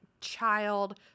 child